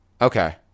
Okay